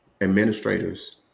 administrators